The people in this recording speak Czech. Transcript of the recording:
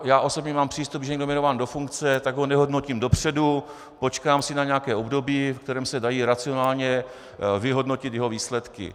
Já osobně mám přístup, že když je někdo jmenován do funkce, tak ho nehodnotím dopředu, počkám si na nějaké období, v kterém se dají racionálně vyhodnotit jeho výsledky.